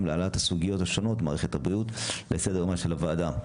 להעלאת הסוגיות השונות במערכת הבריאות לסדר יומה של הוועדה.